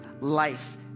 life